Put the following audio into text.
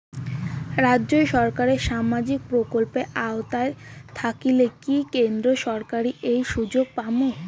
রাজ্য সরকারের সামাজিক প্রকল্পের আওতায় থাকিলে কি কেন্দ্র সরকারের ওই সুযোগ পামু?